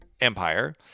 empire